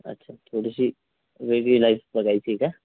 अच्छा थोडीशी वेगळी लाईफ बघायची आहे का